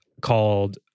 called